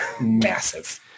massive